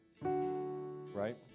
Right